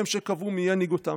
הם שקבעו מי ינהיג אותם.